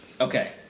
Okay